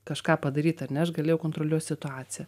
kažką padaryt ar ne aš galėjau kontroliuot situaciją